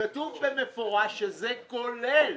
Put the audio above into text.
כתוב במפורש שזה כולל.